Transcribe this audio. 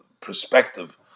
perspective